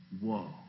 Whoa